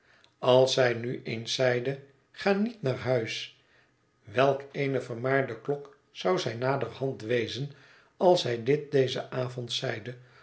als zij nu eens zeide ga niet naar huis welk eene vermaarde klok zou zij naderhand wezen als zij dit dezen avond zeide